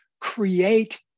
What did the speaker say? create